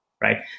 right